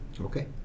okay